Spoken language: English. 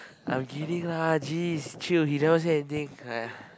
I'm kidding lah geez chill he never say anything !aiya!